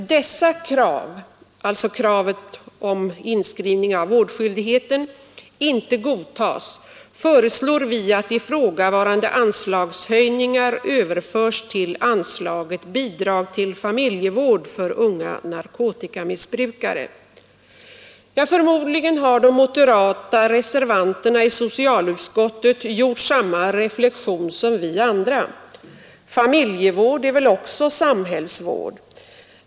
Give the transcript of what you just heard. Jag tycker denna reservation andas en alltför krav” — alltså kraven på inskrivning av vårdskyldigheten — ”icke godtages, föreslår vi att ifrågavarande anslagshöjningar överförs till anslaget Bidrag till familjevård för unga narkotikamissbrukare.” Förmodligen har de moderata reservanterna i socialutskottet gjort samma reflexion som vi andra: familjevård är väl också samhällsvård.